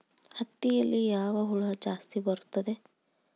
ಹತ್ತಿಯಲ್ಲಿ ಯಾವ ಹುಳ ಜಾಸ್ತಿ ಬರುತ್ತದೆ?